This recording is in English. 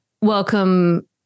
welcome